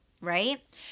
right